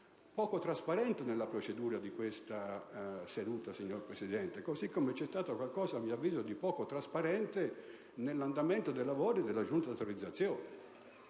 poco trasparente nella procedura di questa seduta, signor Presidente, così come c'è stato qualcosa, a mio avviso, di poco trasparente nell'andamento dei lavori della Giunta delle elezioni